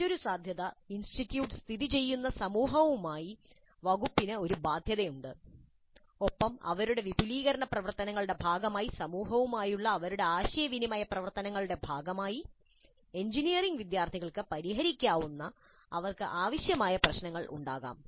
മറ്റൊരു സാധ്യത ഇൻസ്റ്റിറ്റ്യൂട്ട് സ്ഥിതിചെയ്യുന്ന സമൂഹവുമായി വകുപ്പിന് ഒരു ബാധ്യത ഉണ്ട് ഒപ്പം അവരുടെ വിപുലീകരണ പ്രവർത്തനങ്ങളുടെ ഭാഗമായി സമൂഹവുമായുള്ള അവരുടെ ആശയവിനിമയ പ്രവർത്തനങ്ങളുടെ ഭാഗമായി എഞ്ചിനീയറിംഗ് വിദ്യാർത്ഥികൾക്ക് പരിഹരിക്കാവുന്ന അവർക്ക് ആവശ്യമായ പ്രശ്നങ്ങൾ ഉണ്ടാകാം